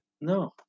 No